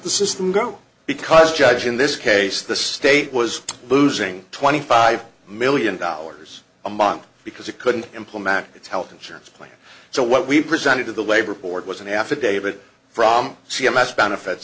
the system go because judge in this case the state was losing twenty five million dollars a month because it couldn't implement its health insurance plan so what we presented to the labor board was an affidavit from c m s benefit